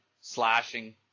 slashing